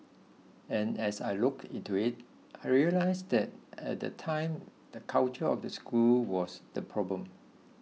and as I looked into it I realised that at that time the culture of the school was the problem